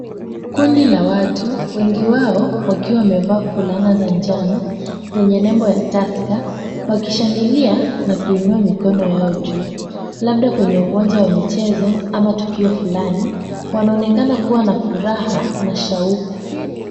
Kundi la watu wengi wao wakiwa wamevaa fulana za njano zenye nembo ya Tusker, wakishangilia na kuinua mikono yao juu, labda kwenye uwanja wa michezo ama tukio fulani. Wanaonekana kuwa na furaha na shauku.